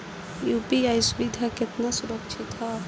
UPI सुविधा केतना सुरक्षित ह?